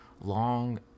long